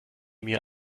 mir